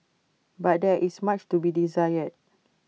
but there is much to be desired